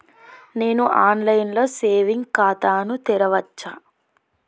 నేను online లో saving ఖాతా ను తెరవచ్చా?